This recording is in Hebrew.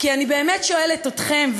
כי אני באמת שואלת אתכם,